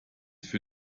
für